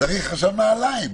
צריך עכשיו נעליים.